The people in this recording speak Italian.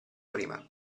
prima